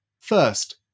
First